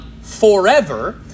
forever